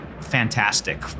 fantastic